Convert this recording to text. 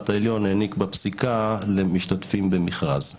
העליון העניק לפסיקה למשתתפים במכרז.